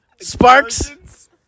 sparks